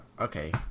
okay